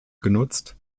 genutzt